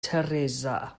teresa